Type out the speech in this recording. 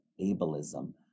ableism